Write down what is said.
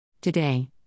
Today